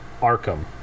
Arkham